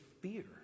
fear